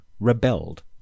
rebelled